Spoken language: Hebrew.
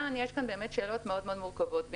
יש כאן באמת שאלות מאוד מאוד מורכבות.